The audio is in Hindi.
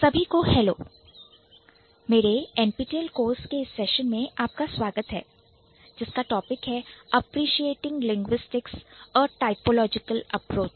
सभी को हेलो मेरे NPTEL कोर्स के इस सेशन में आपका स्वागत है जिसका Topic है Appreciating Linguistics A typological approach appreciating linguistics a typological approach